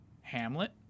Hamlet